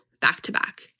back-to-back